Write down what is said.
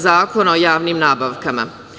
Zakona o javnim nabavkama.